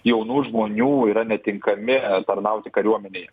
jaunų žmonių yra netinkami tarnauti kariuomenėje